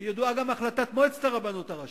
ידועה גם החלטת מועצת הרבנות הראשית,